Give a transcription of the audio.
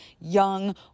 young